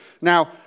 Now